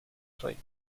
play